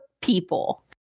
people